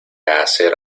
hacer